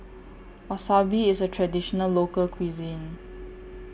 Wasabi IS A Traditional Local Cuisine